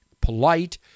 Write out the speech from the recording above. polite